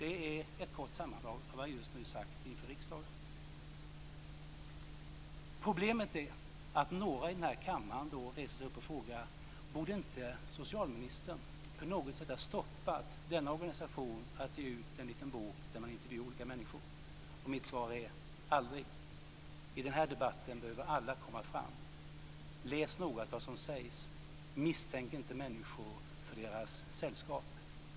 Det är ett kort sammandrag av vad jag just har sagt inför riksdagen. Problemet är att några i denna kammare då reser sig upp och frågar: Borde inte socialministern på något sätt ha stoppat denna organisation från att ge ut en liten bok där man intervjuar olika människor. Mitt svar är: Aldrig! I den här debatten behöver alla komma fram. Läs noggrant vad som sägs. Misstänk inte människor för deras sällskap.